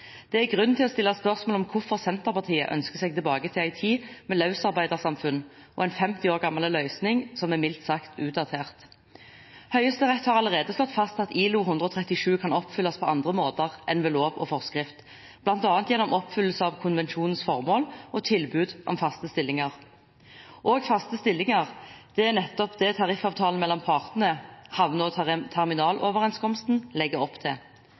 Det er grunn til å stille spørsmål om hvorfor Senterpartiet ønsker seg tilbake til ei tid med løsarbeidersamfunn og en 50 år gammel løsning, som er mildt sagt utdatert. Høyesterett har allerede slått fast at ILO 137 kan oppfylles på andre måter enn ved lov og forskrift, bl.a. gjennom oppfyllelse av konvensjonens formål og tilbud om faste stillinger. Faste stillinger er nettopp det tariffavtalen mellom partene, Havne- og terminaloverenskomsten, legger opp til.